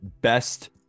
best